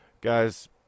guys